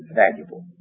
valuable